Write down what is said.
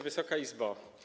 Wysoka Izbo!